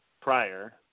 prior